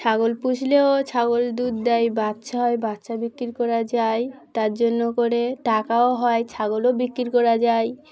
ছাগল পুষলেও ছাগল দুধ দেয় বাচ্চা হয় বাচ্চা বিক্রি করা যায় তার জন্য করে টাকাও হয় ছাগলও বিক্রি করা যায়